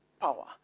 power